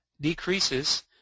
decreases